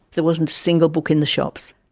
there wasn't a single book in the shops.